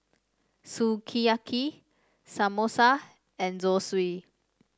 Sukiyaki Samosa and Zosui